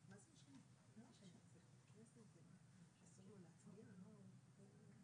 אתה רוצה, אדוני, להצביע על שתיהן